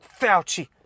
Fauci